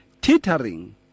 teetering